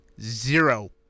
Zero